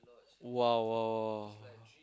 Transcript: !wow! !wow! !wah!